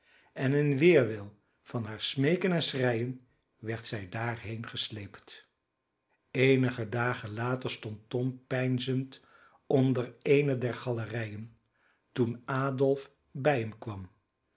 en in weerwil van haar smeeken en schreien werd zij daarheen gesleept eenige dagen later stond tom peinzend onder eene der galerijen toen adolf bij hem kwam